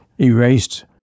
erased